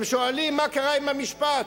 הם שואלים: מה קרה עם המשפט?